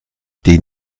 die